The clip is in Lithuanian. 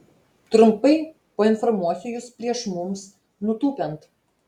trumpai painformuosiu jus prieš mums nutūpiant